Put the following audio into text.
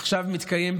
עכשיו מתקיים,